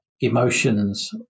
emotions